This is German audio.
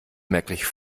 merklich